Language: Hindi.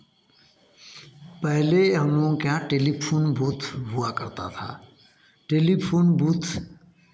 पहले हम लोग के यहाँ टेलीफ़ोन बूथ हुआ करता था टेलीफ़ोन बूथ